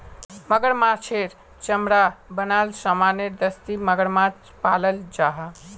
मगरमाछेर चमरार बनाल सामानेर दस्ती मगरमाछ पालाल जाहा